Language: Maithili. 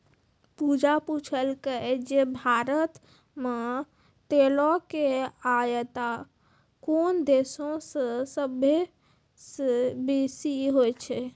पूजा पुछलकै जे भारत मे तेलो के आयात कोन देशो से सभ्भे से बेसी होय छै?